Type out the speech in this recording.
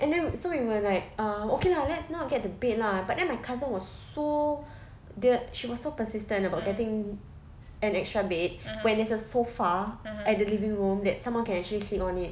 and then so we were like uh okay lah let's not get the bed lah but then my cousin was so dia she was so persistent about getting an extra bed when there's a sofa at the living room that someone can actually sleep on it